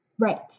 Right